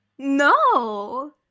no